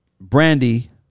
Brandy